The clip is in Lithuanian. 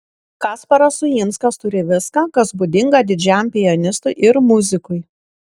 kasparas uinskas turi viską kas būdinga didžiam pianistui ir muzikui